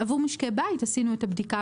עבור משקי בית עשינו את הבדיקה,